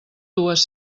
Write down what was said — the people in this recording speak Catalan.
dues